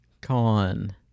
con